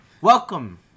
Welcome